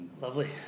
Lovely